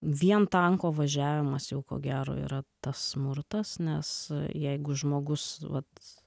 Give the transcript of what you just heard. vien tanko važiavimas jau ko gero yra tas smurtas nes jeigu žmogus vat